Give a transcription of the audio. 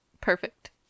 Perfect